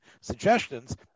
suggestions